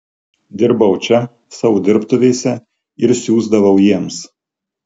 dirbau čia savo dirbtuvėse ir siųsdavau jiems